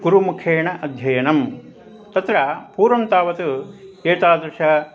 गुरुमुखेण अध्ययनं तत्र पूर्वं तावत् एतादृश